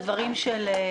אי